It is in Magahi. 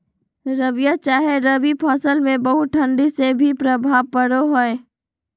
रबिया चाहे रवि फसल में बहुत ठंडी से की प्रभाव पड़ो है?